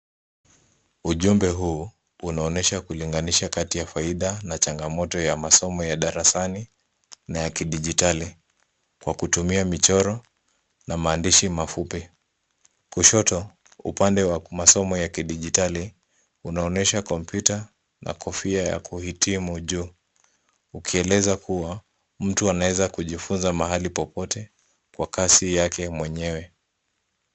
Ujumbe huu unaonyesha kulinganisha kati ya faida na changamoto ya masomo ya darasani na ya kidijitali kwa kutumia michoro na maandishi mafupi. Kushoto, upande wa masomo ya kidijitali, unaonyesha kompyuta na kofia ya kuhitimu juu, ukieleza kuwa, mtu anaweza kujifunza mahali popote kwa kasi yake mwenyewe.